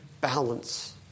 balance